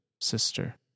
sister